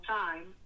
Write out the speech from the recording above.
time